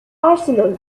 arsenal